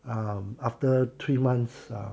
um after three months um